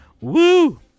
woo